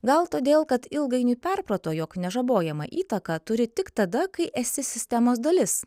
gal todėl kad ilgainiui perprato jog nežabojamą įtaką turi tik tada kai esi sistemos dalis